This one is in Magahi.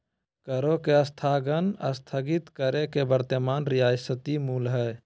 करों के स्थगन स्थगित कर के वर्तमान रियायती मूल्य हइ